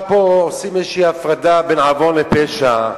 עכשיו פה עושים איזושהי הפרדה בין עוון לפשע,